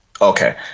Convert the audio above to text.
Okay